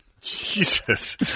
Jesus